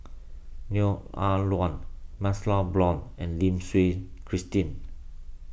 Neo Ah Luan MaxLe Blond and Lim Christine